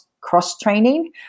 cross-training